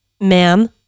Ma'am